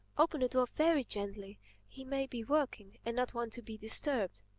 open the door very gently he may be working and not want to be disturbed.